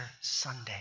Sunday